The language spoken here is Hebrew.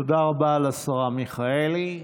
תודה רבה לשרה מיכאלי.